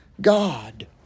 God